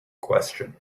question